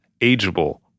ageable